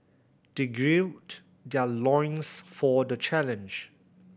they gird their loins for the challenge